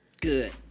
Good